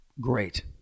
great